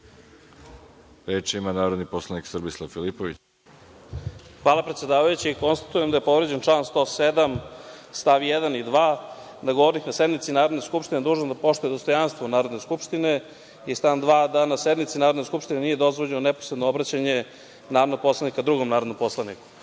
Filipović, po Poslovniku. **Srbislav Filipović** Hvala, predsedavajući. Konstatujem da je povređen član 107. st. 1. i 2. – da je govornik na sednici Narodne skupštine dužan da poštuje dostojanstvo Narodne skupštine i, stav 2, da na sednici Narodne skupštine nije dozvoljeno neposredno obraćanje narodnog poslanika drugom narodnom poslaniku. Znate